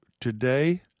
today